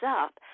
up